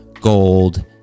gold